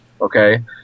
okay